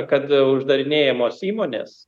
kad uždarinėjamos įmonės